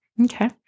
Okay